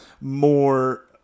more